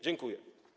Dziękuję.